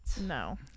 No